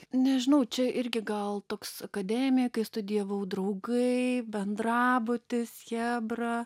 nežinau čia irgi gal toks akademija kai studijavau draugai bendrabutis chebra